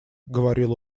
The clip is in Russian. говорила